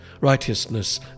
Righteousness